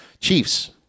Chiefs